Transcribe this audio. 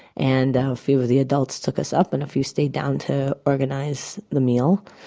and a few of the adults took us up and a few stayed down to organize the meal.